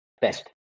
best